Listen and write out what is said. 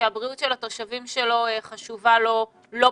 שהבריאות של התושבים שלו חשובה לו לא פחות,